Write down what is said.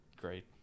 great